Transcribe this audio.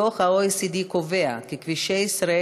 4621 ו-4628: דוח ה-OECD קובע כי כבישי ישראל